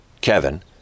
Kevin